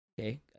okay